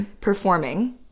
performing